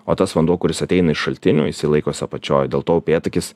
o tas vanduo kuris ateina iš šaltinio jisai laikos apačioj dėl to upėtakis